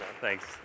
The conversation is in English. Thanks